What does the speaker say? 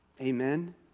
Amen